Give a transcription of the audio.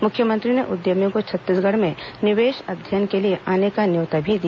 मुख्यमंत्री ने उद्यमियों को छत्तीसगढ़ में निवेश अध्ययन के लिये आने का न्यौता भी दिया